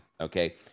Okay